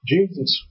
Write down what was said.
Jesus